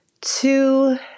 Two